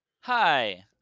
Hi